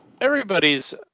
Everybody's